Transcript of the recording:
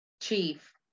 chief